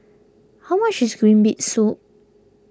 how much is Green Bean Soup